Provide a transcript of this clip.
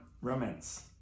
Romance